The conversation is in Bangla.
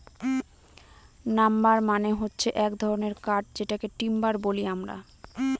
নাম্বার মানে হচ্ছে এক ধরনের কাঠ যেটাকে টিম্বার বলি আমরা